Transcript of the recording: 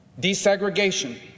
desegregation